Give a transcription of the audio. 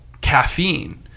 caffeine